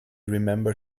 remember